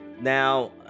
now